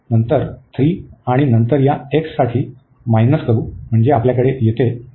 नंतर 3 आणि नंतर या x साठी वजा करा म्हणजे आपल्याकडे येथे आहे